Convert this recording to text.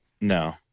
No